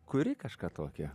kuri kažką tokio